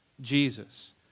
Jesus